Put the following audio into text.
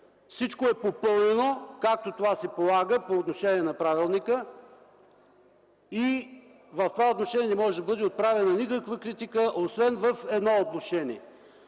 всичко е попълнено, както това се полага по отношение на правилника. В това отношение не може да бъде отправена никаква критика освен в едно отношение